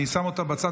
אני שם אותה בצד.